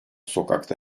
sokakta